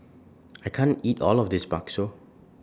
I can't eat All of This Bakso